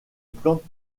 plante